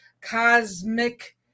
cosmic